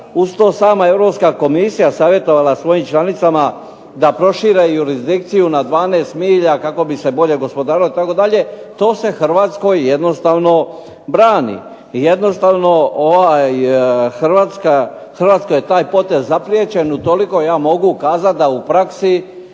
Uz to sama Europska komisija je savjetovala svojim članicama da prošire jurisdikciju na 12 milja kako bi se bolje gospodarilo itd. To se Hrvatskoj jednostavno brani. I jednostavno Hrvatskoj je taj potez zapriječen. Utoliko ja mogu kazati da praksa